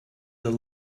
the